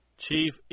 Chief